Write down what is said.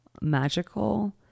magical